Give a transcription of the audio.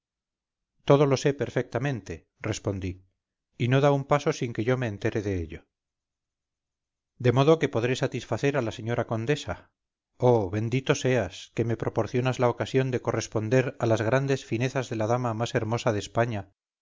todo lo sé perfectamente respondí y no da un paso sin que yo me entere de ello de modo que podré satisfacer a la señora condesa oh bendito seas que me proporcionas la ocasión de corresponder a las grandes finezas de la dama más hermosa de españa